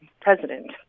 president